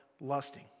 lusting